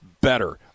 better